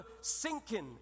sinking